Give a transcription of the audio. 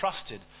trusted